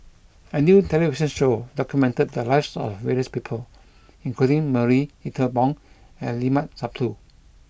a new television show documented the lives of various people including Marie Ethel Bong and Limat Sabtu